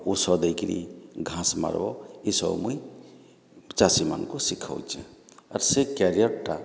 ଉଷ ଦେଇକିରି ଘାଁସ୍ ମାର୍ବ୍ ଏସବୁ ମୁଇଁ ଚାଷୀମାନଙ୍କୁ ଶିଖଉଛେଁ ଆର୍ ସେ କ୍ୟାରିଅର୍ ଟା